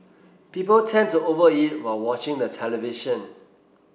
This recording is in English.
people tend to over eat while watching the television